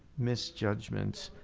misjudgments.